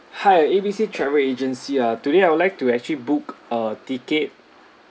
hi A B C travel agency uh today I would like to actually book a ticket